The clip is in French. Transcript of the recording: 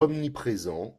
omniprésent